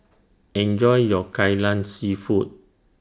Enjoy your Kai Lan Seafood